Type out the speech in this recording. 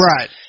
right